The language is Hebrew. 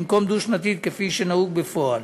במקום דו-שנתית כפי שנהוג בפועל.